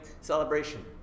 celebration